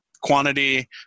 quantity